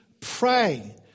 pray